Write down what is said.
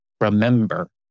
remember